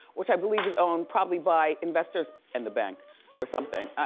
which i believe is owned probably by investors and the bank or something.